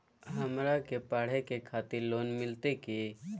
हमरा के पढ़े के खातिर लोन मिलते की?